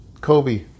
Kobe